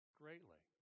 greatly